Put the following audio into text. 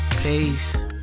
Peace